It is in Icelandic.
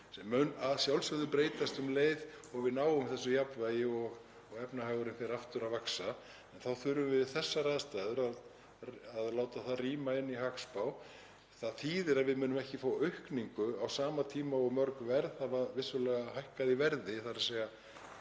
sem mun að sjálfsögðu breytast um leið og við náum þessu jafnvægi og efnahagurinn fer aftur að vaxa, en við þessar aðstæður þurfum við að láta það ríma við hagspá. Það þýðir að við munum ekki fá aukningu á sama tíma og mörg verð hafa vissulega hækkað, þ.e. verkefni